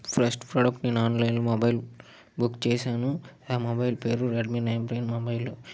first product నేను online mobile book చేశాను ఆ మొబైల్ పేరు రెడ్మి నైన్ ఫైవ్ మొబైల్